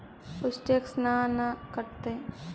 कुछ टैक्स ना न कटतइ?